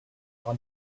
aura